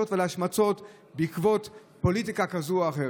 ולהשמצות בעקבות פוליטיקה כזאת או אחרת.